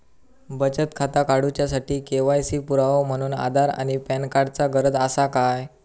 बचत खाता काडुच्या साठी के.वाय.सी पुरावो म्हणून आधार आणि पॅन कार्ड चा गरज आसा काय?